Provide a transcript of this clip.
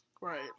Right